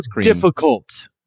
difficult